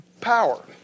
power